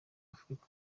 afurika